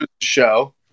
show